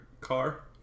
car